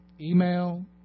Email